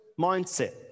mindset